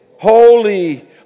Holy